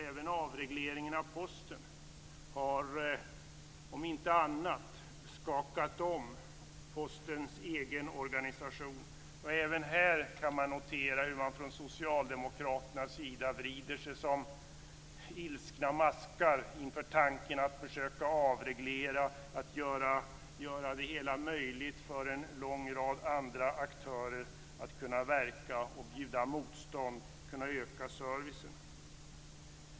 Även avregleringen av Posten har, om inte annat, skakat om Postens egen organisation. Även här kan vi notera hur man från socialdemokraternas sida vrider sig som ilskna maskar inför tanken att försöka avreglera, att göra det möjligt för en lång rad andra aktörer att verka, bjuda motstånd och öka servicen.